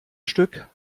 stück